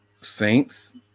Saints